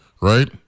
right